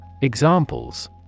Examples